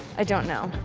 i don't know.